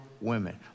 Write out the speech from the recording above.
women